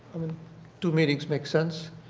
i mean two meetings make sense.